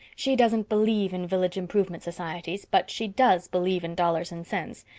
she doesn't believe in village improvement societies, but she does believe in dollars and cents.